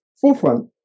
forefront